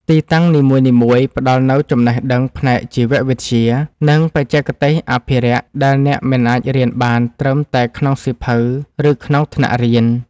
ទីតាំងនីមួយៗផ្ដល់នូវចំណេះដឹងផ្នែកជីវវិទ្យា និងបច្ចេកទេសអភិរក្សដែលអ្នកមិនអាចរៀនបានត្រឹមតែក្នុងសៀវភៅ ឬក្នុងថ្នាក់រៀន។